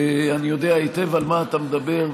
אני יודע היטב על מה אתה מדבר,